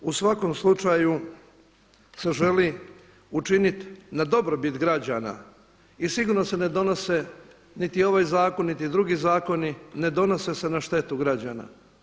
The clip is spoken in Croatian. U svakom slučaju se želi učiniti na dobrobit građana i sigurno se ne donose niti ovaj zakon niti drugi zakoni ne donose se na štetu građana.